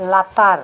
ᱞᱟᱛᱟᱨ